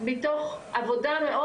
מתוך עבודה מאוד,